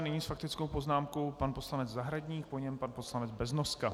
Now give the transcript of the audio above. Nyní s faktickou poznámkou pan poslanec Zahradník, po něm pan poslanec Beznoska.